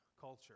culture